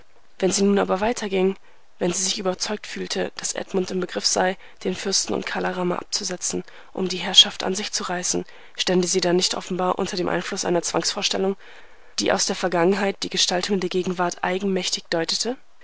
wenn sie nun aber weiter ging wenn sie sich überzeugt fühlte daß edmund im begriff sei den fürsten und kala rama abzusetzen um die herrschaft an sich zu reißen stände sie dann nicht offenbar unter dem einfluß einer zwangsvorstellung die aus der vergangenheit die gestaltung der gegenwart eigenmächtig deutete